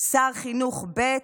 שר חינוך ב',